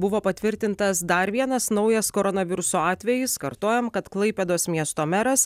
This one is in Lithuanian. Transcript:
buvo patvirtintas dar vienas naujas koronaviruso atvejis kartojam kad klaipėdos miesto meras